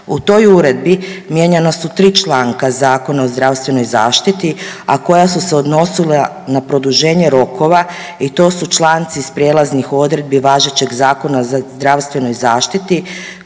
U toj uredbi mijenjana su 3 članka Zakona o zdravstvenoj zaštiti, a koja su se odnosila na produženje rokova i to su članci iz prijelaznih odredbi važećeg Zakona o zdravstvenoj zaštiti